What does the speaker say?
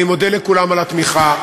אני מודה לכולם על התמיכה.